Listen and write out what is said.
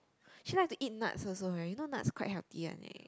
she like to eat nuts also I know nuts quite healthy one leh